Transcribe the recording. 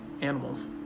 animals